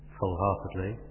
wholeheartedly